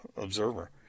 observer